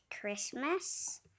Christmas